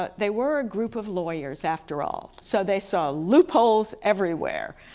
ah they were a group of lawyers after all, so they saw loopholes everywhere.